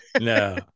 No